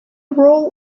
role